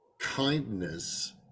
kindness